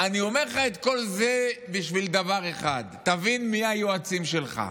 אני אומר לך את כל זה בשביל דבר אחד: תבין מי היועצים שלך.